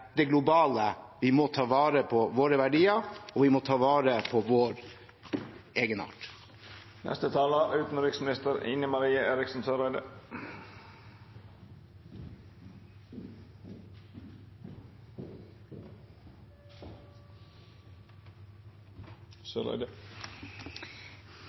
det globale. Vi må ta vare på våre verdier, og vi må ta vare på vår